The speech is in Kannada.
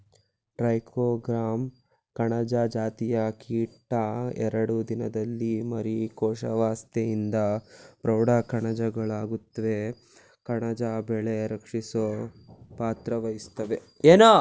ಟ್ರೈಕೋಗ್ರಾಮ ಕಣಜ ಜಾತಿಯ ಕೀಟ ಎರಡು ದಿನದಲ್ಲಿ ಮರಿ ಕೋಶಾವಸ್ತೆಯಿಂದ ಪ್ರೌಢ ಕಣಜಗಳಾಗುತ್ವೆ ಕಣಜ ಬೆಳೆ ರಕ್ಷಿಸೊ ಪಾತ್ರವಹಿಸ್ತವೇ